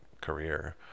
career